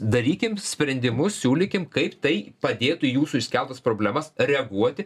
darykim sprendimus siūlykim kaip tai padėtų jūsų įskeltas problemas reaguoti